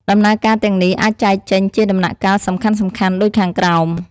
ដំណើរការទាំងនេះអាចចែកចេញជាដំណាក់កាលសំខាន់ៗដូចខាងក្រោម។